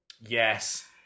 Yes